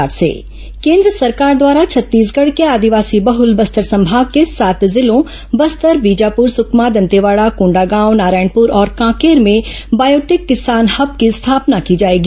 biotech Kisan hub केन्द्र सरकार द्वारा छत्तीसगढ़ के आदिवासी बहुल बस्तर संभाग के सात जिलों बस्तर बीजापुर सुकमा दंतेवाड़ा कोंडागांव नारायणपुर और कांकेर में बायोर्टेक किसान हब की स्थापना की जाएगी